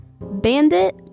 bandit